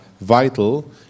vital